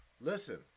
Listen